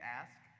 ask